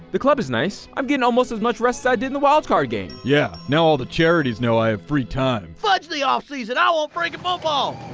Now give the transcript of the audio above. the club is nice. i'm getting almost as much rest as i did in the wild card game. yeah. now all the charities know i have free time. fudge the offseason! i want frickin' football!